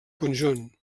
conjunt